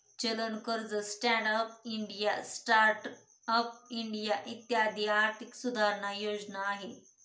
चलन कर्ज, stand up India, start up India इत्यादी आर्थिक सुधारणा योजना आहे